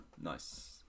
Nice